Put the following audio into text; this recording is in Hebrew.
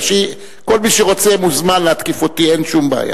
כל מי שרוצה, מוזמן להתקיף אותי, אין שום בעיה.